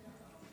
ואם נחרוג